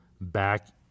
back